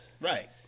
Right